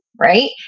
Right